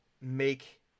make